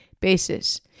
basis